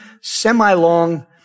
semi-long